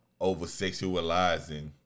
over-sexualizing